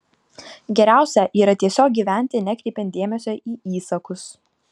geriausia yra tiesiog gyventi nekreipiant dėmesio į įsakus